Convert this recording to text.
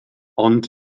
ond